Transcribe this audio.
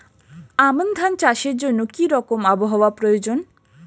আমন ধান চাষের জন্য কি রকম আবহাওয়া প্রয়োজন?